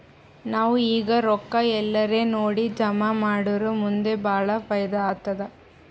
ನಾವ್ ಈಗ್ ರೊಕ್ಕಾ ಎಲ್ಲಾರೇ ನೋಡಿ ಜಮಾ ಮಾಡುರ್ ಮುಂದ್ ಭಾಳ ಫೈದಾ ಆತ್ತುದ್